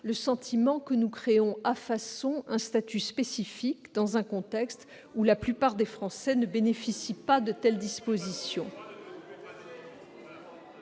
le sentiment de créer à façon un statut spécifique dans un contexte où la plupart des Français ne bénéficient pas de telles dispositions.